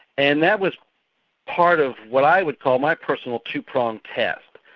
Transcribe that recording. and that was part of what i would call my personal two-pronged test.